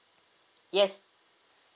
yes